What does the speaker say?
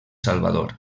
salvador